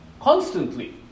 constantly